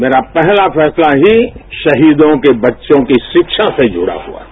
मेरा पहला फैसला ही शहीदों के बच्चों की शिक्षा से जुड़ा हुआ था